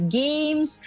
games